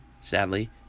sadly